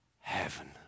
heaven